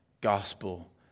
gospel